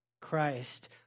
Christ